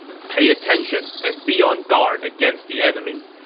pay attention and be on guard against the enemy.